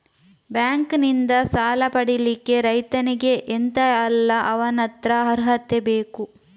Bank ನಿಂದ ಸಾಲ ಪಡಿಲಿಕ್ಕೆ ರೈತನಿಗೆ ಎಂತ ಎಲ್ಲಾ ಅವನತ್ರ ಅರ್ಹತೆ ಬೇಕು?